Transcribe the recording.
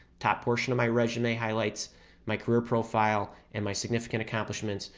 top portion of my resume highlights my career profile and my significant accomplishments,